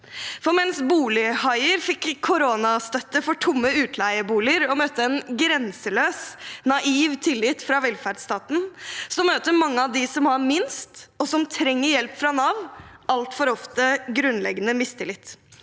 mens bolighaier fikk koronastøtte for tomme utleieboliger og møtte en grenseløs, naiv tillit fra velferdsstaten, møter mange av dem som har minst, og som trenger hjelp fra Nav, altfor ofte grunnleggende mistillit.